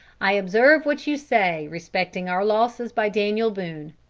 i observe what you say respecting our losses by daniel boone.